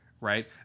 right